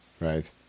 Right